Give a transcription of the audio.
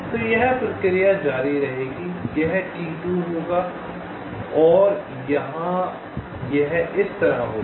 तो यह प्रक्रिया जारी रहेगी यह T2 होगा और यहां यह इस तरह होगा